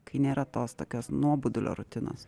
kai nėra tos tokios nuobodulio rutinos